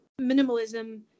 minimalism